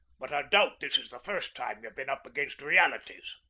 but i doubt this is the first time ye've been up against realities.